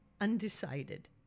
undecided